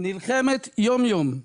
נלחמת יום יום.